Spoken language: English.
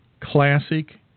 classic